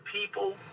people